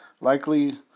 likely